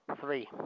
three